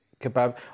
kebab